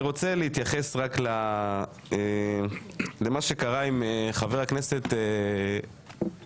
אני רוצה להתייחס למה שקרה עם חבר הכנסת פוגל.